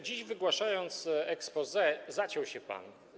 Dziś, wygłaszając exposé, zaciął się pan.